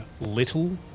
little